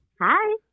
Hi